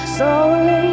Slowly